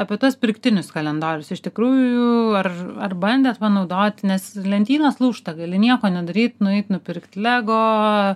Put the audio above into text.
apie tuos pirktinius kalendorius iš tikrųjų ar ar bandėt panaudoti nes lentynos lūžta gali nieko nedaryt nueit nupirkt lego